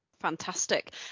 Fantastic